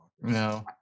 No